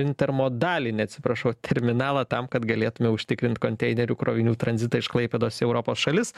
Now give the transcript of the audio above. intermo dalinį atsiprašau terminalą tam kad galėtume užtikrint konteinerių krovinių tranzitą iš klaipėdos į europos šalis